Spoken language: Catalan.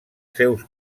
seus